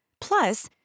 Plus